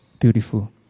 beautiful